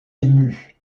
ému